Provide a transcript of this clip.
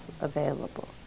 available